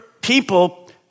people